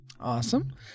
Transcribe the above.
Awesome